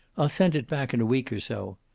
i'll send it back in a week or so.